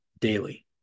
daily